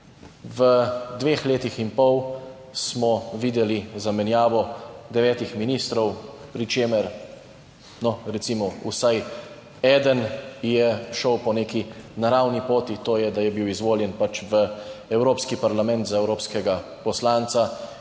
V dveh letih in pol smo videli zamenjavo devetih ministrov, pri čemer, no, recimo vsaj eden je šel po neki naravni poti, to je, da je bil izvoljen pač v Evropski parlament za evropskega poslanca